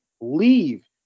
leave